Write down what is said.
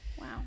Wow